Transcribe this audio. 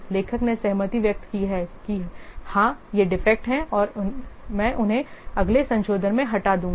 लेखक ने सहमति व्यक्त की है कि हाँ ये डिफेक्ट हैं और मैं उन्हें अगले संशोधन में हटा दूंगा